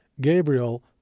Gabriel